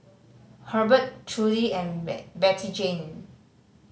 Hurbert Trudie and Bettyjane